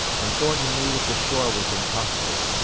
and thornton knew that the shore was impossible.